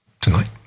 tonight